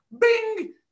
bing